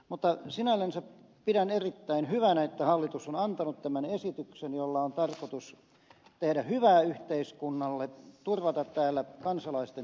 mutta sinällänsä pidän erittäin hyvänä että hallitus on antanut tämän esityksen jolla on tarkoitus tehdä hyvää yhteiskunnalle turvata täällä kansalaisten turvallisuus